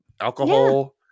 alcohol